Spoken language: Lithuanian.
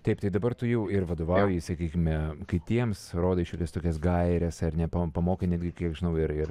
taip tai dabar tu jau ir vadovauji sakykime kitiems rodai šiokias tokias gaires ar ne pa pamokai netgi kiek žinau ir